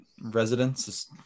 residents